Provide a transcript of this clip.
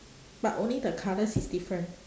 but only the colours is different